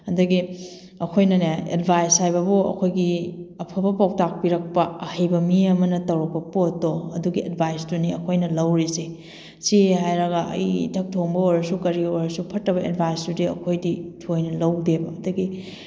ꯑꯗꯒꯤ ꯑꯩꯈꯣꯏꯅꯅꯦ ꯑꯦꯗꯚꯥꯏꯁ ꯍꯥꯏꯕꯕꯨ ꯑꯩꯈꯣꯏꯒꯤ ꯑꯐꯕ ꯄꯧꯇꯥꯛ ꯄꯤꯔꯛꯄ ꯑꯍꯩꯕ ꯃꯤ ꯑꯃꯅ ꯇꯧꯔꯛꯄ ꯄꯣꯠꯇꯣ ꯑꯗꯨꯒꯤ ꯑꯦꯗꯚꯥꯏꯁꯇꯨꯅꯤ ꯑꯩꯈꯣꯏꯅ ꯂꯧꯔꯤꯁꯦ ꯁꯤ ꯍꯥꯏꯔꯒ ꯑꯩꯒꯤ ꯏꯊꯛ ꯊꯣꯡꯕ ꯑꯣꯏꯔꯁꯨ ꯀꯔꯤ ꯑꯣꯏꯔꯁꯨ ꯐꯠꯇꯕ ꯑꯦꯗꯚꯥꯏꯁꯇꯨꯗꯤ ꯑꯩꯈꯣꯏꯗꯤ ꯊꯣꯏꯅ ꯂꯧꯗꯦꯕ ꯑꯗꯒꯤ